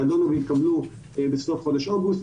הן נדונו והתקבלו בסוף חודש אוגוסט,